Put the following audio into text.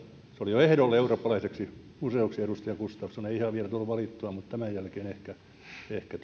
oli jo ehdolla eurooppalaiseksi museoksi edustaja gustafsson ei ihan vielä tullut valittua mutta tämän jälkeen ehkä ehkä